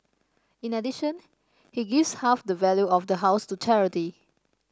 in addition he gives half the value of the house to charity